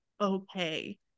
okay